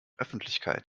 öffentlichkeit